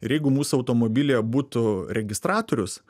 ir jeigu mūsų automobilyje būtų registratorius